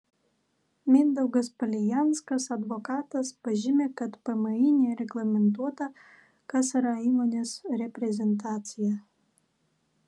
mindaugas palijanskas advokatas pažymi kad pmį nereglamentuota kas yra įmonės reprezentacija